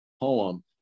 poem